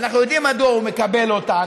ואנחנו יודעים מדוע הוא מקבל אותן,